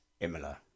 Imola